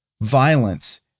violence